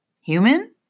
Human